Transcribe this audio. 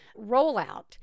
rollout